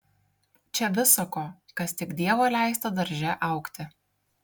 čia visa ko kas tik dievo leista darže augti